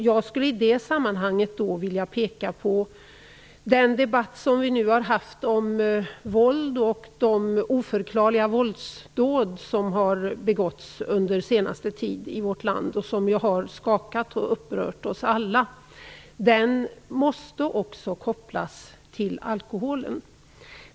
Jag vill i detta sammanhang peka på de oförklarliga våldsdåd som har begåtts under den senaste tiden i vårt land, vilka har skakat och upprört oss alla. Dessa måste också kopplas till alkoholen.